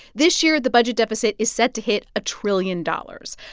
this year, the budget deficit is set to hit a trillion dollars.